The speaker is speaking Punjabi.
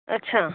ਅੱਛਾ